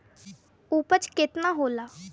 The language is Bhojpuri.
उपज केतना होला?